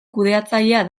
kudeatzailea